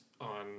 on